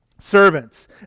servants